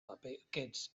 paquets